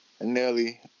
Nelly